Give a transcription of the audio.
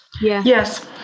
Yes